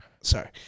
Sorry